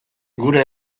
gure